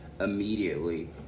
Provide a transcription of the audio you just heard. immediately